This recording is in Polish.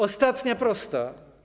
Ostatnia prosta.